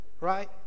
right